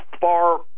far